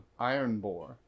Ironbore